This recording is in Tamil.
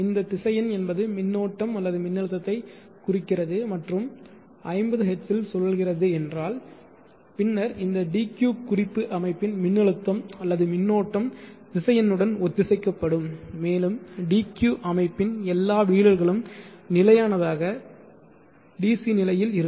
இந்த திசையன் என்பது மின்னோட்டம் அல்லது மின்னழுத்தத்தைக் குறிக்கிறது மற்றும் 50 ஹெர்ட்ஸில் சுழல்கிறது என்றால் பின்னர் இந்த dq குறிப்பு அமைப்பின் மின்னழுத்தம் அல்லது மின்னோட்டம் திசையனுடன் ஒத்திசைக்கப்படும் மேலும் dq அமைப்பின் எல்லா வீழல்களும் நிலையானதாக DC நிலையில் இருக்கும்